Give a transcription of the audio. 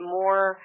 more